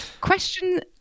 question